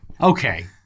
okay